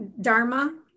dharma